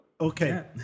okay